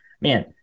man